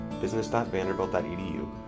business.vanderbilt.edu